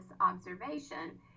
observation